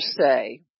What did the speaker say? say